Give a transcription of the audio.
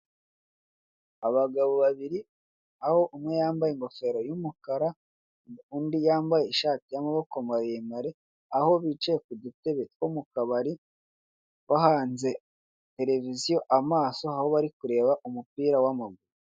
Abagabo babiri aho umwe yambaye ingofero y'umukara undi yambaye ishati y'amaboko maremare aho bicaye ku dutebe two mu kabari bahanze televiziyo amaso aho bari kureba umupira w'amaguru.